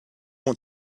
want